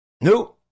No